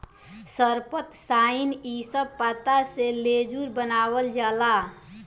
सरपत, सनई इ सब पत्ता से लेजुर बनावाल जाला